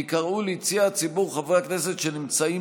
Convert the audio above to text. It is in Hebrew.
ייקראו ליציע הציבור חברי הכנסת שנמצאים